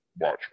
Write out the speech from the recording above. watch